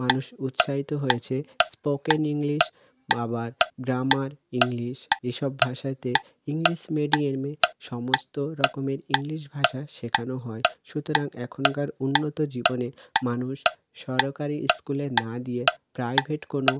মানুষ উৎসাহিত হয়েছে স্পোকেন ইংলিশ আবার গ্রামার ইংলিশ এ সব ভাষাতে ইংলিশ মিডিয়ামে সমস্ত রকমের ইংলিশ ভাষা শেখানো হয় সুতরাং এখনকার উন্নত জীবনে মানুষ সরকারি স্কুলে না দিয়ে প্রাইভেট কোনো